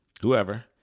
whoever